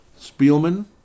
Spielman